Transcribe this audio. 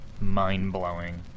mind-blowing